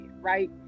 Right